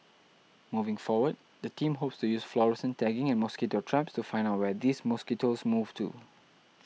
moving forward the team hopes to use fluorescent tagging and mosquito traps to find out where these mosquitoes move to